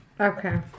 okay